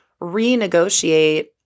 renegotiate